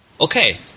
Okay